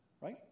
right